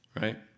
right